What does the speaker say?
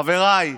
חבריי,